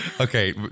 Okay